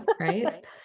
Right